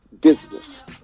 business